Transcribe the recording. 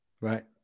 Right